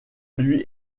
lui